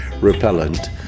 repellent